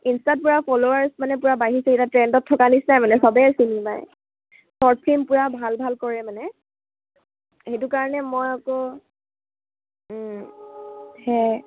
ইনষ্টাত পূৰা ফল'ৱাৰ্ছ মানে পৰা বাঢ়িছে এতিয়া ট্ৰেণ্ডত থকা নিচিনাই মানে চবেই চিনি পায় চৰ্ট ফিল্ম পূৰা ভাল ভাল কৰে মানে সেইটো কাৰণে মই আকৌ সেয়াই